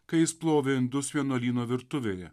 kai jis plovė indus vienuolyno virtuvėje